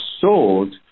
sold